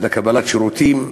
לקבלת שירותים רפואיים,